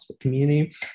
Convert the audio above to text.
community